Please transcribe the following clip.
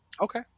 Okay